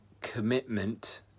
commitment